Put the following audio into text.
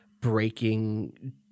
breaking